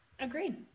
Agreed